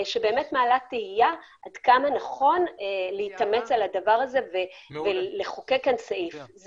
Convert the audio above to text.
שבאמת מעלה תהייה עד כמה נכון להתאמץ על הדבר הזה ולחוקק כאן סעיף.